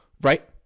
right